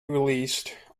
released